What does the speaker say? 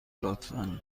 لطفا